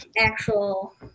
actual